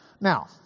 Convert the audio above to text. Now